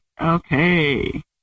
Okay